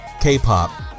K-pop